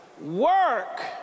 work